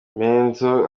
benzo